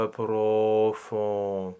profond